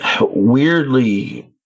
weirdly